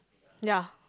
yeah